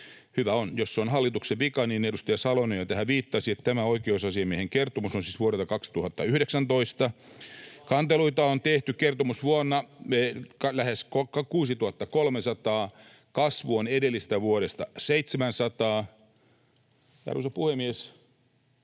Hyvä on, jos se on hallituksen vika: Edustaja Salonen jo tähän viittasi, että tämä oikeusasiamiehen kertomus on siis vuodelta 2019. [Timo Heinonen: Ja vaalit oli 14.4.!] Kanteluita on tehty kertomusvuonna lähes 6 300. Kasvu on edellisestä vuodesta 700. Arvoisa puhemies,